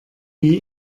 wie